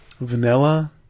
Vanilla